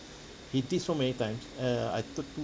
he did so many times err I took it